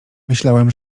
myślałem